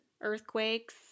Earthquakes